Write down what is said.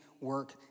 work